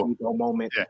moment